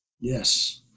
Yes